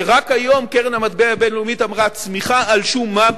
שרק היום קרן המטבע הבין-לאומית אמרה צמיחה על שום מה,